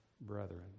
brethren